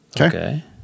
Okay